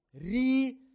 re